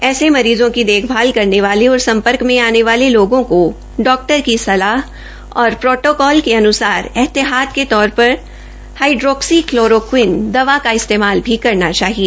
ऐसे मरीज़ों की देखभाल करने वाले और सम्पर्क में आने वाले लोगों को डॉक्टर की सलाह और प्रोटोकॉल के अन्सार एहतियात के तौर र हाईड्रोक्सी क्लोरोक्वीन दवा का इस्तेमाल भी करना चाहिए